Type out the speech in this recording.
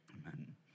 amen